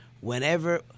whenever